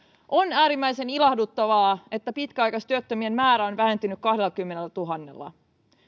on äärimmäisen ilahduttavaa että pitkäaikaistyöttömien määrä on vähentynyt kahdellakymmenellätuhannella